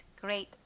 great